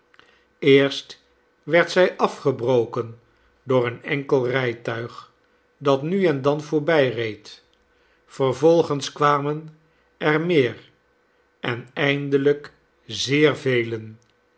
eerst werd zij afgebroken door een enkel rijtuig dat nu en dan voorbijreed vervolgens kwamen er meer en eindelijk zeer velen